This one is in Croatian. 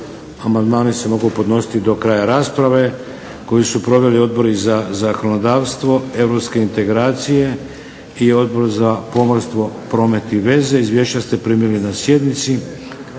Amandmani se mogu podnositi do kraja rasprave koju su proveli Odbori za zakonodavstvo, europske integracije i Odbor za pomorstvo, promet i veze. Izvješća ste primili na sjednici.